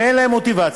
ואין להם מוטיבציה.